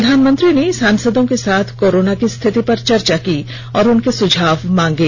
प्रधानमंत्री ने सांसदों के साथ कोरोना की स्थिति पर चर्चा की और उनके सुझाव मांगे